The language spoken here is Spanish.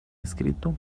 escrito